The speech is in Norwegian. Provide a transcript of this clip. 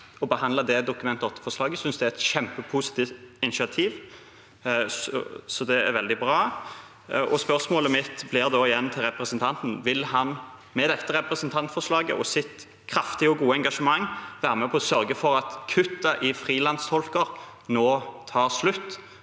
å behandle det Dokument 8-forslaget. Jeg synes det er et kjempepositivt initiativ. Det er veldig bra. Spørsmålet mitt blir da, igjen, til representanten: Vil han – med dette representantforslaget og sitt kraftige og gode engasjement – være med på å sørge for at kuttene i frilanstolker nå tar slutt,